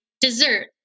dessert